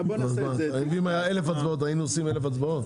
אם היו אלף הצעות, היינו עושים אלף הצבעות?